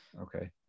Okay